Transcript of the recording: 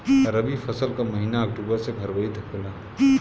रवी फसल क महिना अक्टूबर से फरवरी तक होला